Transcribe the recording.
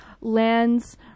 lands